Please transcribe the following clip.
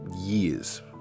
years